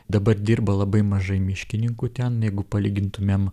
dabar dirba labai mažai miškininkų ten jeigu palygintumėm